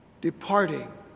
departing